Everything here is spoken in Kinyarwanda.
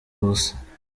ubusa